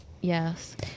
Yes